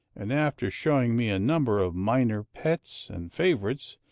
and, after showing me a number of minor pets and favorites,